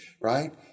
right